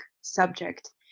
subject